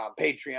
Patreon